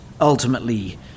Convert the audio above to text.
ultimately